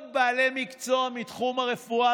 הוא ועוד בעלי מקצוע מתחום הרפואה